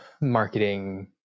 marketing